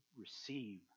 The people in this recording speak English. receive